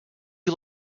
you